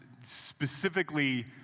specifically